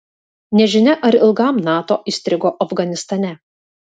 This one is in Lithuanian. nežinia ar ilgam nato įstrigo afganistane